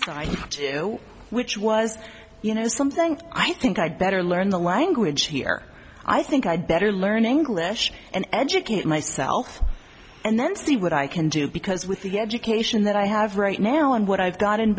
decide to do which was you know something i think i'd better learn the language here i think i'd better learn english and educate myself and then see what i can do because with the education that i have right now and what i've got in